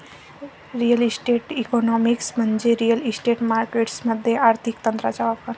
real estate economics म्हणजे real estate markets मध्ये आर्थिक तंत्रांचा वापर